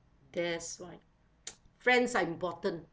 that's why friends are important